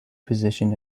position